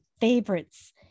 favorites